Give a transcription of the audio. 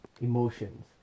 emotions